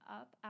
up